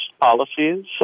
policies